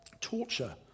torture